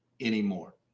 anymore